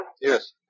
yes